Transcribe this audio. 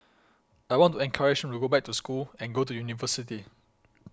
I want to encourage him to go back to school and go to university